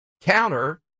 counter